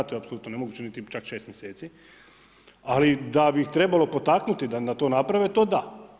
To je apsolutno nemoguće, niti čak 6 mjeseci, ali da bi ih trebalo potaknuti da to naprave, to da.